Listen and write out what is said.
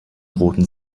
roten